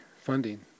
funding